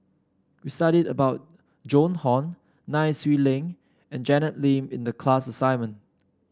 we studied about Joan Hon Nai Swee Leng and Janet Lim in the class assignment